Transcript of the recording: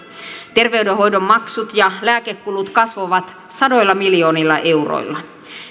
terveydenhoidon maksut ja lääkekulut kasvavat sadoilla miljoonilla euroilla